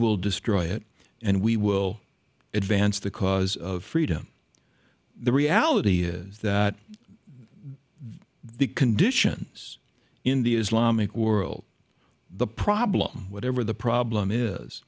will destroy it and we will advance the cause of freedom the reality is that the conditions in the islamic world the problem whatever the problem is